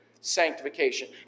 sanctification